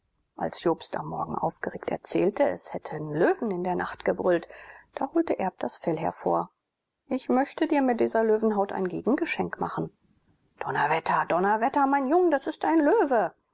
als jobst am morgen aufgeregt erzählte es hätten löwen in der nacht gebrüllt da holte erb das fell hervor ich möchte dir mit dieser löwenhaut ein gegengeschenk machen donnerwetter donnerwetter mein jung das ist ein löwe